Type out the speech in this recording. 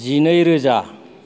जिनै रोजा